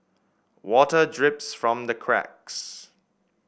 water drips from the cracks